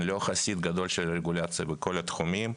אני לא חסיד גדול של רגולציה בכל התחומים,